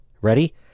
Ready